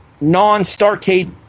non-Starcade